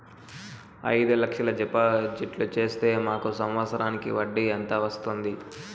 అయిదు లక్షలు డిపాజిట్లు సేస్తే మాకు సంవత్సరానికి వడ్డీ ఎంత వస్తుంది?